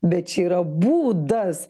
bet čia yra būdas